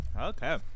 okay